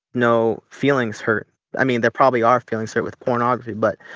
no feelings hurt i mean, there probably are feelings hurt with pornography but.